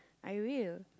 I will